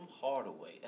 Hardaway